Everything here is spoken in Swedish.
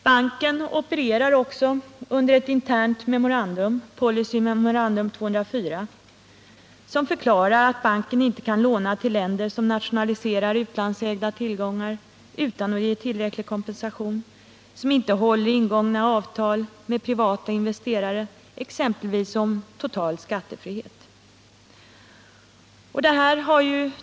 Banken opererar också under ett internt memorandum, Policy memorandum 204, som förklarar att banken inte kan låna till länder som nationaliserar utlandsägda tillgångar utan att ge tillräcklig kompensation, som inte håller ingångna avtal med privata investerare exempelvis om total skattefrihet.